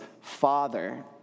Father